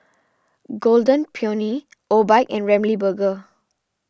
Golden Peony Obike and Ramly Burger